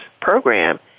program